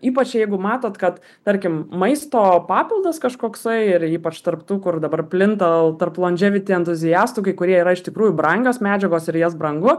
ypač jeigu matot kad tarkim maisto papildas kažkoksai ir ypač tarp tų kur dabar plinta tarp landževiti entuziastų kai kurie yra iš tikrųjų brangios medžiagos ir jas brangu